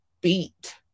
beat